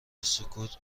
وسکوت